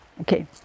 okay